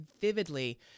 vividly